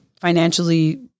financially